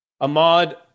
Ahmad